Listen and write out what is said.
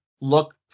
look